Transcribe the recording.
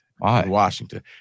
Washington